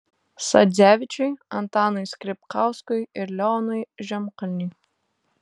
sadzevičiui antanui skripkauskui ir leonui žemkalniui